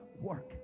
work